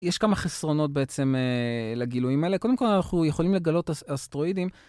יש כמה חסרונות בעצם לגילויים האלה, קודם כל אנחנו יכולים לגלות אסטרואידים.